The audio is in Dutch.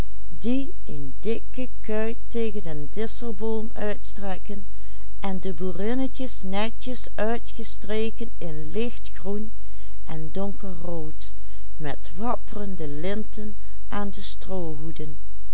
boerinnetjes netjes uitgestreken in lichtgroen en donkerrood met wapperende linten aan de